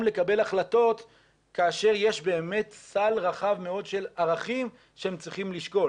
לקבל החלטות כאשר יש באמת סל רחב מאוד של ערכים שהם צריכים לשקול.